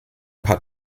paar